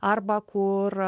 arba kur